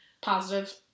positive